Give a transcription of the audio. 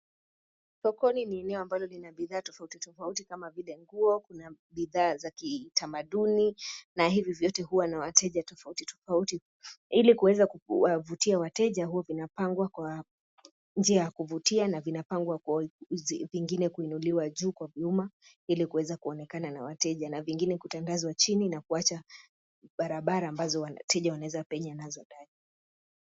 Sokoni ni eneo ambalo lina bidhaa tofautitofauti kama vile nguo kuna bidhaa za kitamaduni na hivi vyote huwa na wateja tofautitofauti. Hili kuweza kuvutia wateja huwa vinapangwa kwa njia ya kuvutia na vinapangwa vingine kuinuliwa juu kwanyuma na vingine kutandazwa chini na kuacha barabara ambazo wateja wanaweza penya nazo ndani.